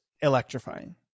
electrifying